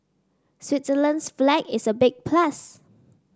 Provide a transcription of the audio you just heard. Switzerland's flag is a big plus